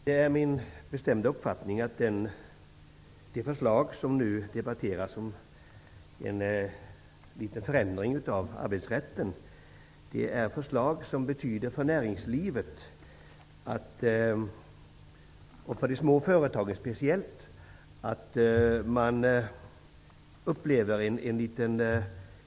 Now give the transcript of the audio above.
Herr talman! De förslag som nu debatteras, om en liten förändring av arbetsrätten, innebär en klimatförändring för näringslivet, speciellt för de små företagen. Det är min bestämda uppfattning.